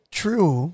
true